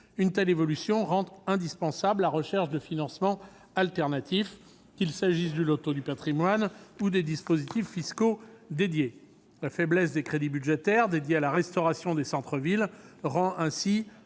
Une telle évolution rend indispensable la recherche de financements alternatifs, qu'il s'agisse du loto du patrimoine ou de dispositifs fiscaux spécifiques. La faiblesse des crédits budgétaires alloués à la restauration des centres-villes rend